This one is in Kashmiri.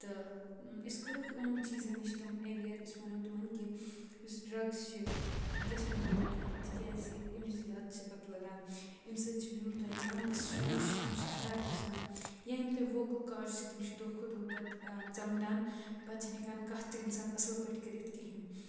تہٕ کَرہوکھ یِمو چیٖزو نِش تِم اٮ۪وِیَر أسۍ وَنو تِمَن کہِ یُس ڈرٛگٕز چھِ یہِ گژھِ نہٕ کَرُن کِہیٖنۍ تِکیٛازِکہِ اَمِچ لَت چھِ پَتہٕ لَگان اَمہِ سۭتۍ چھِ یِم تۄہہِ لنٛگٕز شوٗش تِم چھِ خراب گژھان یا یِم تۄہہِ ووکَل کاڈٕز چھِ تِم چھِ دۄہ کھۄ دۄہ پَتہٕ ژَمٹان پَتہٕ چھِنہٕ ہٮ۪کان کَتھ تہِ اِنسان اَصٕل پٲٹھۍ کٔرِتھ کِہیٖنۍ